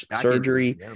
surgery